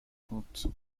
conte